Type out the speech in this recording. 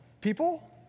people